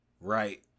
Right